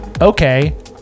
Okay